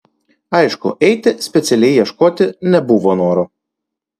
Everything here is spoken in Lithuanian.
aišku eiti specialiai ieškoti nebuvo noro